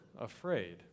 afraid